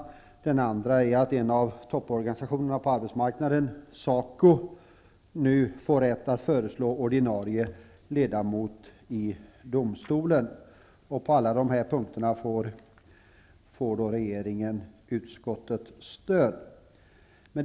Den andra är att en av topporganisationerna på arbetsmarknaden, SACO, nu får rätt att föreslå ordinarie ledamot i domstolen. På de här punkterna får regeringen alltså utskottets stöd.